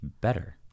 better